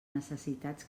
necessitats